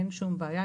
אין שום בעיה,